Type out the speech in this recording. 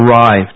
arrived